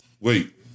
Wait